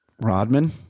Rodman